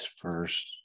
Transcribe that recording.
first